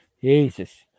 Jesus